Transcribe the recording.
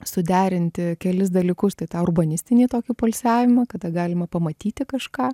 suderinti kelis dalykus tai tą urbanistinį tokį poilsiavimą kada galima pamatyti kažką